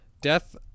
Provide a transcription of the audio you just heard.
Death